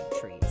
trees